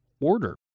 order